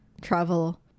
travel